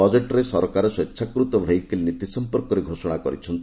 ବଜେଟ୍ରେ ସରକାର ସ୍ପଚ୍ଛାକୃତ ଭେଇକିଲ୍ ନୀତି ସମ୍ପର୍କରେ ଘୋଷଣା କରିଛନ୍ତି